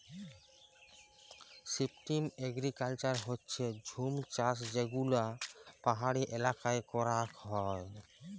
shifting agriculture হচ্যে জুম চাষযেগুলা পাহাড়ি এলাকায় করাক হয়